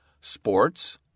sports